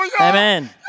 Amen